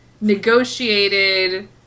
negotiated